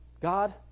God